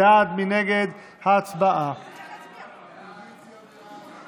בעד 37, אין מתנגדים ואין נמנעים.